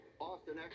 Austin